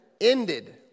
ended